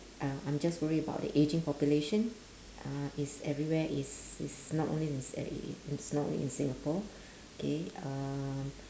uh I'm just worried about aging population uh it's everywhere it's it's not only in s~ in it's not only in singapore K um